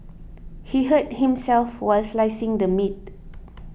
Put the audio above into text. he hurt himself while slicing the meat